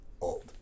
old